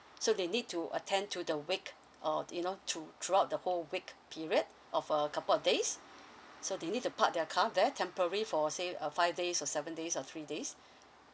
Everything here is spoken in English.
so they need to attend to the wake or you know through throughout the whole wake period of a couple of days so they need to park their car there temporary for say uh five days or seven days or three days